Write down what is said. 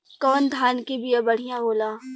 कौन धान के बिया बढ़ियां होला?